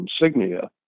insignia